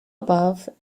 above